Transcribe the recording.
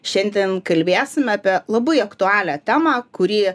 šiandien kalbėsim apie labai aktualią temą kuri